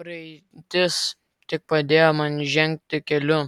praeitis tik padėjo man žengti keliu